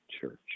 church